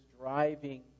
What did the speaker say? driving